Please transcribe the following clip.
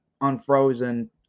unfrozen